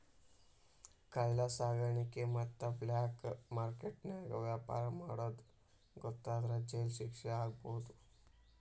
ಕಳ್ಳ ಸಾಕಾಣಿಕೆ ಮತ್ತ ಬ್ಲಾಕ್ ಮಾರ್ಕೆಟ್ ನ್ಯಾಗ ವ್ಯಾಪಾರ ಮಾಡೋದ್ ಗೊತ್ತಾದ್ರ ಜೈಲ್ ಶಿಕ್ಷೆ ಆಗ್ಬಹು